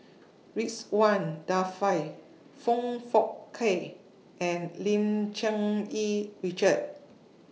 Ridzwan Dzafir Foong Fook Kay and Lim Cherng Yih Richard